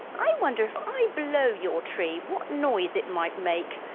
i wonder if i blow your tree what noise it might make,